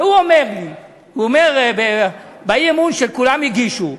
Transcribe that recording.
והוא אומר לי, הוא אומר: באי-אמון שכולם הגישו,